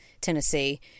Tennessee